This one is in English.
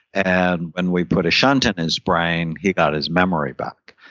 and when we put a shunt in his brain, he got his memory back.